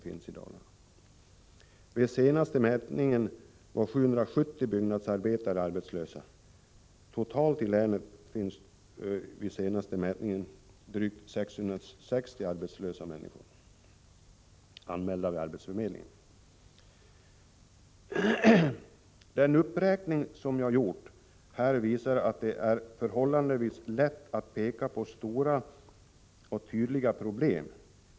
Vid den senaste mätningen var 770 byggnadsarbetare arbetslösa. Totalt i länet fanns det vid den senaste mätningen drygt 6 600 arbetslösa anmälda vid arbetsförmedlingen. Den uppräkning som jag här gjort visar att det är förhållandevis lätt att peka på stora och tydliga problem.